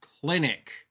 clinic